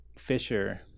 Fisher